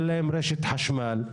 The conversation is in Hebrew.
אין להם רשת חשמל.